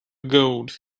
gold